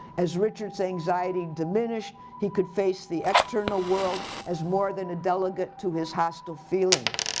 as richard's anxiety diminished, he could face the external world as more than a delegate to his hostile feelings.